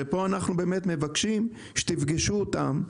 פה אנחנו מבקשים שתפגשו אותם.